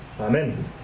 Amen